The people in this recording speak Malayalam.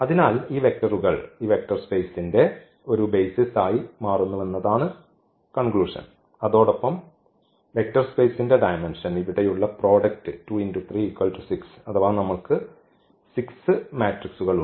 അതിനാൽ ഈ വെക്റ്ററുകൾ ഈ വെക്റ്റർ സ്പേസിന്റെ ഒരു ബെയ്സിസായി മാറുന്നുവെന്നതാണ് നിഗമനം അതോടൊപ്പം വെക്റ്റർ സ്പേസിന്റെ ഡയമെന്ഷൻ ഇവിടെയുള്ള പ്രോഡക്റ്റ് 2 × 3 6 അഥവാ നമ്മൾക്ക് ഈ 6 മെട്രിക്സുകൾ ഉണ്ട്